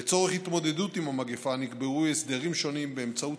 לצורך התמודדות עם המגפה נקבעו הסדרים שונים באמצעות